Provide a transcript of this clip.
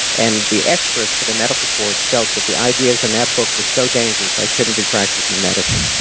and the experts for the medical board felt that the ideas in that book were so dangerous i shouldn't be practicing medicine,